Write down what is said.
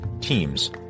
teams